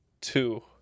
two